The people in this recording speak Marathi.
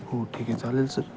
हो ठीक आहे चालेल सर